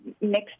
mixed